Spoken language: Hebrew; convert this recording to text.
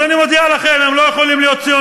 אז אני מודיע לכם: הם לא יכולים להיות ציונים,